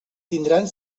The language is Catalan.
tindran